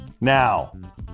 now